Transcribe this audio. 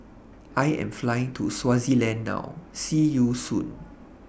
I Am Flying to Swaziland now See YOU Soon